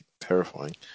terrifying